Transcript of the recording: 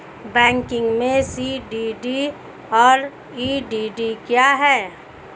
Banking में C D D और E D D क्या हैं?